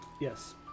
yes